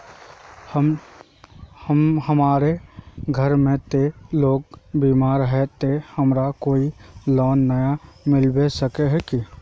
हमर घर में ते लोग बीमार है ते हमरा कोई लोन नय मिलबे सके है की?